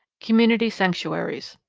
community sanctuaries.